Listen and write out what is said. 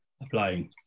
applying